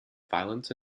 violence